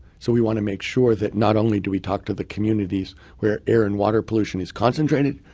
so we want to make sure that not only do we talk to the communities where air and water pollution is concentrated.